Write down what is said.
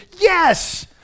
yes